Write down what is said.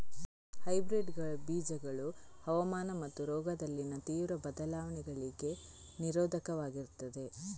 hybrid ಬೀಜಗಳು ಹವಾಮಾನ ಮತ್ತು ರೋಗದಲ್ಲಿನ ತೀವ್ರ ಬದಲಾವಣೆಗಳಿಗೆ ನಿರೋಧಕವಾಗಿರ್ತದೆ